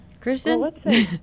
Kristen